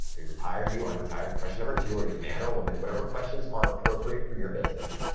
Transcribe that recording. are you retired? are you unretired? question number two, are you man or woman? whatever questions are appropriate for your business.